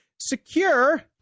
secure